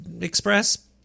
Express